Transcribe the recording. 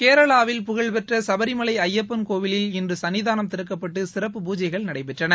கேரளாவில் புகழ்பெற்ற சபரிமலை ஐய்யப்பன் கோயிலில் இன்று சன்னிதானம் திறக்கப்பட்டு சிறப்பு பூஜைகள் நடைபெற்றன